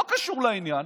לא קשור לעניין,